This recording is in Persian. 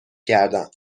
کردم